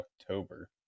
october